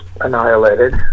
annihilated